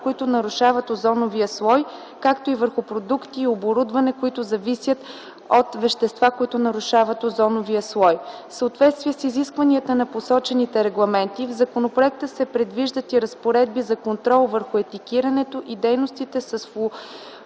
които нарушават озоновия слой, както и върху продукти и оборудване, които зависят от вещества, които нарушават озоновия слой. В съответствие с изискванията на посочените регламенти, в законопроекта се предвиждат и разпоредби за контрол върху етикетирането и дейностите с